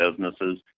businesses